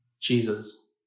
Jesus